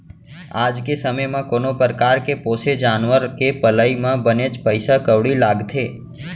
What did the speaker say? आज के समे म कोनो परकार के पोसे जानवर के पलई म बनेच पइसा कउड़ी लागथे